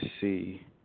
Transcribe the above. see